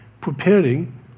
preparing